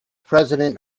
president